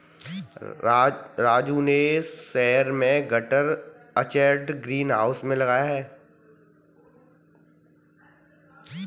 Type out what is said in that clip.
राजू ने शहर में गटर अटैच्ड ग्रीन हाउस लगाया है